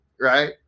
right